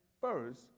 first